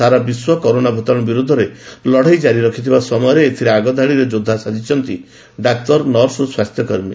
ସାରା ବିଶ୍ୱ କରୋନା ଭୂତାଣୁ ବିରୋଧରେ ଲଢେଇ ଜାରି ରଖିଥିବା ସମୟରେ ଏଥିରେ ଆଗଧାଡିରେ ଯୋଦ୍ଧା ସାଜିଛନ୍ତି ଡାକ୍ତର ନର୍ସ ଓ ସ୍ୱାସ୍ଥ୍ୟକର୍ମୀ